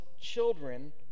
children